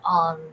on